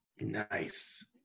Nice